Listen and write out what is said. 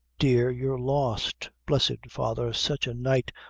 dear, you're lost blessed father, sich a night!